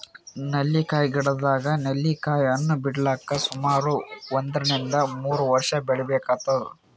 ನೆಲ್ಲಿಕಾಯಿ ಗಿಡದಾಗ್ ನೆಲ್ಲಿಕಾಯಿ ಹಣ್ಣ್ ಬಿಡ್ಲಕ್ ಸುಮಾರ್ ಒಂದ್ರಿನ್ದ ಮೂರ್ ವರ್ಷ್ ಬೇಕಾತದ್